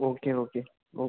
okay okay okay